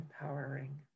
empowering